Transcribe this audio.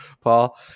Paul